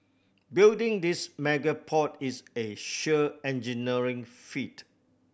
building this mega port is a sheer engineering feat